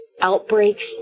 outbreaks